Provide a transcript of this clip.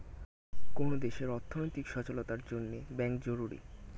কোন দেশের অর্থনৈতিক সচলতার জন্যে ব্যাঙ্ক জরুরি